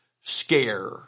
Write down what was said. scare